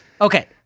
Okay